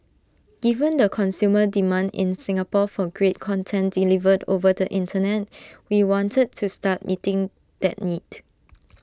given the consumer demand in Singapore for great content delivered over the Internet we wanted to start meeting that need